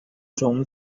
课程